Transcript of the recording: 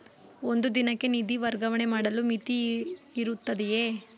ಒಂದು ದಿನಕ್ಕೆ ನಿಧಿ ವರ್ಗಾವಣೆ ಮಾಡಲು ಮಿತಿಯಿರುತ್ತದೆಯೇ?